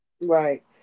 Right